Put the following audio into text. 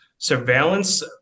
surveillance